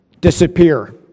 disappear